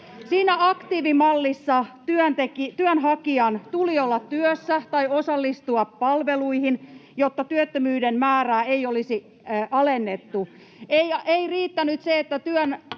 Siinä aktiivimallissa työnhakijan tuli olla työssä tai osallistua palveluihin, jotta työttömyysturvan määrää ei olisi alennettu. Ei riittänyt se, että työtön